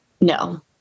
no